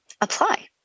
apply